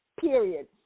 period